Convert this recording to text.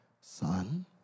Son